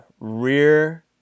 rear